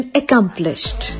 accomplished